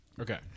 Okay